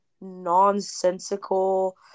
nonsensical